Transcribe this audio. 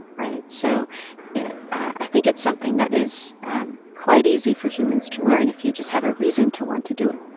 right? so i think it's something that is quite easy for humans to learn if you just have a reason to want to do it